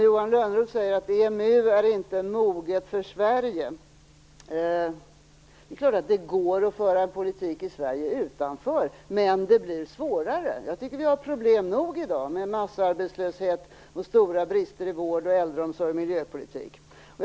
Johan Lönnroth säger att EMU inte är moget för Sverige. Det är klart att det går att föra en politik om Sverige står utanför, men det blir svårare. Jag tycker att vi har nog med problem i dag med massarbetslöshet och stora brister i vård och äldreomsorg samt när det gäller miljöpolitik.